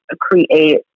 create